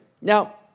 Now